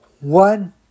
One